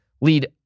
lead